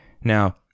Now